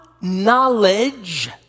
knowledge